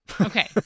Okay